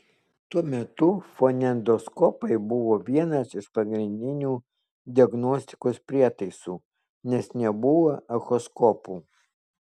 tuo metu fonendoskopai buvo vienas iš pagrindinių diagnostikos prietaisų nes nebuvo echoskopų